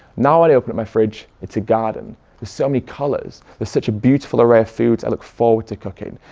now when i open up my fridge it's a garden, there's so many colors. there's such a beautiful array of foods i look forward to cooking.